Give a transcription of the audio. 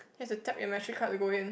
has to tap your matric card to go in